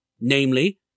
namely